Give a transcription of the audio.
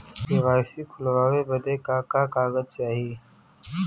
KYC खोलवावे बदे का का कागज चाही?